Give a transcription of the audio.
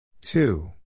two